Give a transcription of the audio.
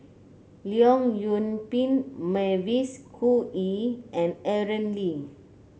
Leong Yoon Pin Mavis Khoo Oei and Aaron Lee